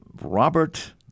Robert